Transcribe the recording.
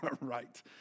Right